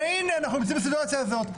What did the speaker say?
והינה אנחנו נמצאים בסיטואציה הזאת.